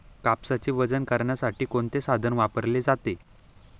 कापसाचे वजन करण्यासाठी कोणते साधन वापरले जाते?